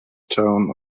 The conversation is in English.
town